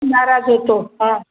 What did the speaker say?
नाराज होतो हां